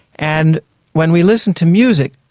and when we listen to music,